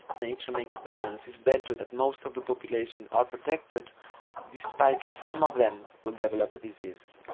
nature makes a balance, it's better that most of the populations are protected despite some of them will develop disease.